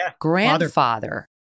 grandfather